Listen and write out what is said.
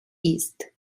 ist